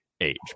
age